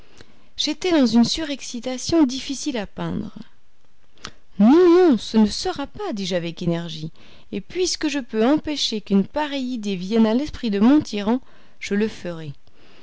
j'étais dans une surexcitation difficile à peindre non non ce ne sera pas dis-je avec énergie et puisque je peux empêcher qu'une pareille idée vienne à l'esprit de mon tyran je le ferai